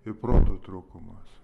ir proto trūkumas